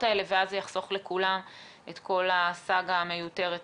האלה ואז זה יחסוך לכולם את כל הסאגה המיותרת הזו.